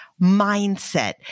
mindset